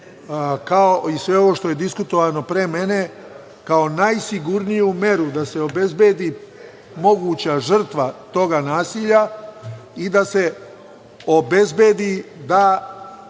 i sve ovo što je diskutovano pre mene, kao najsigurniju meru da se obezbedi moguća žrtva tog nasilja, i da se obezbedi da